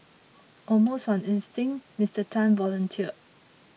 almost on instinct Mister Tan volunteered